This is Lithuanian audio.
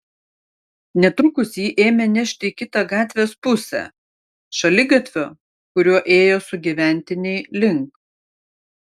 netrukus jį ėmė nešti į kitą gatvės pusę šaligatvio kuriuo ėjo sugyventiniai link